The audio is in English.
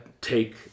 take